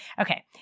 okay